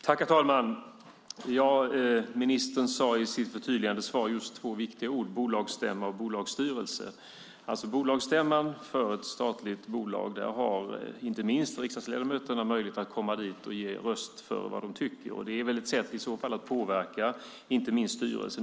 Herr talman! Ministern sade två viktiga ord i sitt förtydligande svar: bolagsstämma och bolagsstyrelse. På bolagsstämman för ett statligt bolag har inte minst riksdagsledamöter möjlighet att ge röst åt vad de tycker. Det är ett sätt att påverka styrelsen.